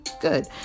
Good